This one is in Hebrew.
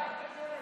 הרשות